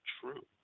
true